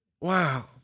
Wow